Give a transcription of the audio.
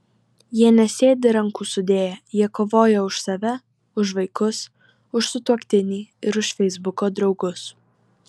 jie nesėdi rankų sudėję jie kovoja už save už vaikus už sutuoktinį ir už feisbuko draugus